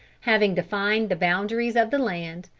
having defined the boundaries of the land,